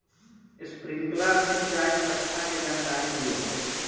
Sprinkler सिंचाई व्यवस्था के जाकारी दिऔ?